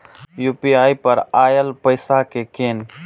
UPI पर आएल पैसा कै कैन?